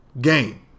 game